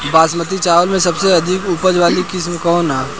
बासमती चावल में सबसे अधिक उपज वाली किस्म कौन है?